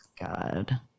god